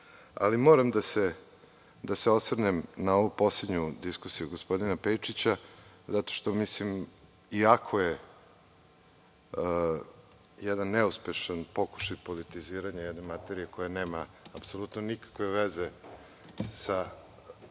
Moram da se osvrnem na ovu poslednju diskusiju gospodina Pejčića, zato što mislim, iako je jedan neuspešan pokušaj politiziranja jedne materije koja nema apsolutno nikakve veze sa,